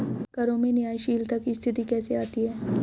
करों में न्यायशीलता की स्थिति कैसे आती है?